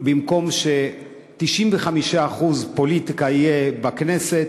במקום ש-95% פוליטיקה תהיה בכנסת,